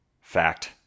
fact